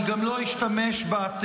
אני גם לא אשתמש בעתיד.